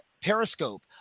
Periscope